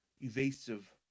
evasive